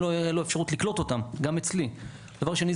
תודה רבה.